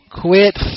Quit